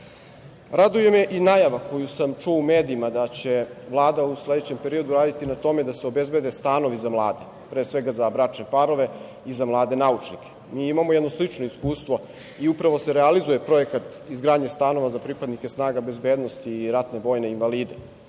me i najava koju sam čuo u medijama da će Vlada u sledećem periodu raditi na tome da se obezbede stanovi za mlade, pre svega za bračne parove i za mlade naučnike. Mi imamo jedno slično iskustvo i upravo se realizuje projekat izgradnje stanova za pripadnike snaga bezbednosti i ratne vojne invalide.